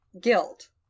Guilt